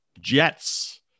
Jets